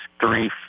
three